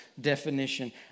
definition